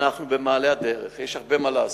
אנחנו במעלה הדרך, יש הרבה מה לעשות.